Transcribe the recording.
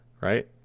Right